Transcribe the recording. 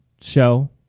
show